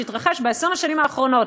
שהתרחש ב-20 השנים האחרונות,